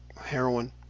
heroin